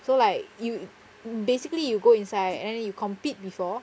so like you basically you go inside and then you compete before